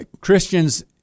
Christians